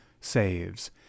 saves